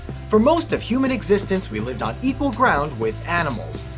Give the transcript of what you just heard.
for most of human existence we lived on equal ground with animals.